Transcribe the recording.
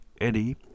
Eddie